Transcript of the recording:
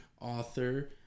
author